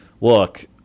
look